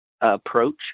approach